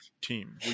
team